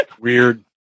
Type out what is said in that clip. Weird